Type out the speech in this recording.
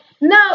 No